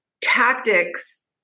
tactics